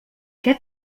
què